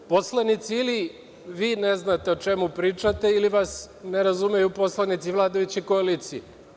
Poslanici, ili vi ne znate o čemu pričate ili vas ne razumeju poslanici vladajuće koalicije.